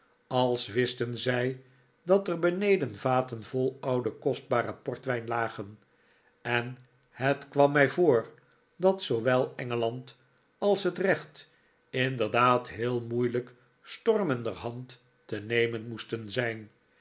als wisten zij dat er beneden vaten vol ouden kostbaren portwijn lagen en het kwam mij voor dat zoowel engeland als het recht inderdaad heel moeilijk stormenderhand te nemen moesten zijn